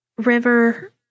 River